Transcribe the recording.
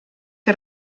que